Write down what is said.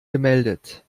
gemeldet